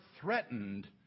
threatened